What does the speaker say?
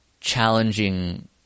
challenging